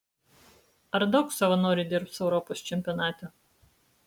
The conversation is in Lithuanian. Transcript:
ar daug savanorių dirbs europos čempionate